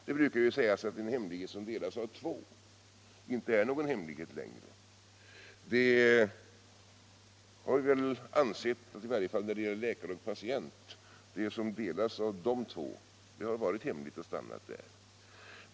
Det brukar sägas att en hemlighet som delas av två inte är någon hemlighet längre, men vi har väl ansett att det som delas av läkare och patient har varit hemligt och stannat där.